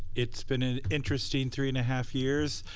it's been an interesting three and a half years.